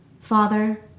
Father